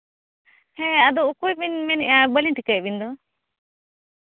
ᱟᱫᱚ ᱚᱠᱚᱭ ᱵᱮᱱ ᱢᱮᱱᱮᱫᱼᱟ ᱵᱟᱹᱞᱤᱧ ᱴᱷᱤᱠᱟᱹᱣᱮᱫ ᱵᱮᱱ ᱫᱚ